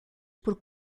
por